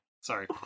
Sorry